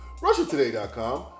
RussiaToday.com